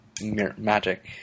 magic